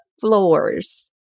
floors